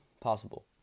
possible